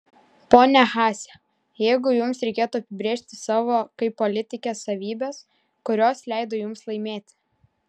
ponia haase jeigu jums reikėtų apibrėžti savo kaip politikės savybes kurios leido jums laimėti